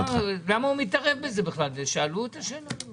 איזה ממשלה זאת.